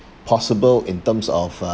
possible in terms of uh